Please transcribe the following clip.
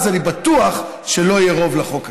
אז אני בטוח שלא יהיה רוב לחוק הזה.